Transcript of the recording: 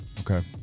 Okay